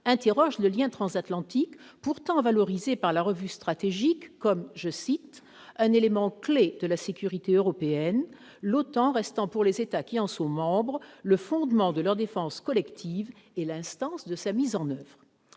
sur le lien transatlantique, pourtant valorisé par la revue stratégique comme un « élément clé de la sécurité européenne », l'OTAN restant « pour les États qui en sont membres, le fondement de leur défense collective et l'instance de sa mise en oeuvre